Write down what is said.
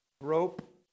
rope